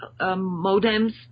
modems